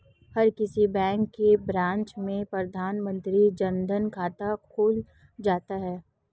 हर किसी बैंक की ब्रांच में प्रधानमंत्री जन धन खाता खुल जाता है